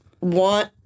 want